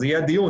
אז יהיה דיון.